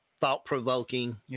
thought-provoking